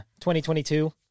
2022